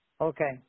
Okay